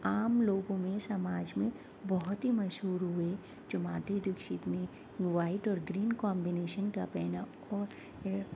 عام لوگوں میں سماج میں بہت ہی مشہور ہوئے جو مادھوری دکشت نے وائٹ اور گرین کمبینیشن کا پہنا اور